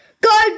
Go